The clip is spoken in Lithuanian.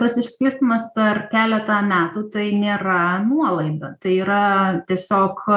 tas išskirstymas per keletą metų tai nėra nuolaida tai yra tiesiog